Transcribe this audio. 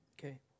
Okay